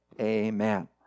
Amen